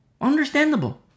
understandable